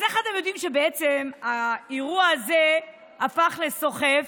אז איך אתם יודעים שבעצם האירוע הזה נהפך לסוחף?